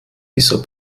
dieser